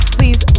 Please